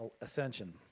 ascension